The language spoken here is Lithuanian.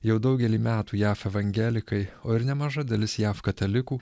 jau daugelį metų jav evangelikai o ir nemaža dalis jav katalikų